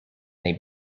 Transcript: they